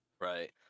Right